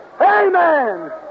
Amen